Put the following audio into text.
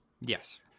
Yes